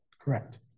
Correct